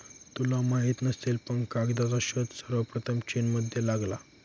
तुला माहित नसेल पण कागदाचा शोध सर्वप्रथम चीनमध्ये लागला